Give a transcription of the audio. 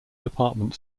department